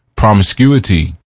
promiscuity